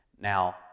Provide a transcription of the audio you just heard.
Now